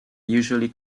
usually